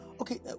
Okay